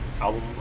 album